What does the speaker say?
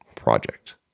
Project